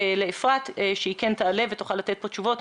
לאפרת כדי שהיא תעלה ל-זום ותוכל לתת לנו תשובות.